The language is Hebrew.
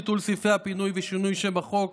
ביטול סעיפים הפינוי ושינוי שם החוק),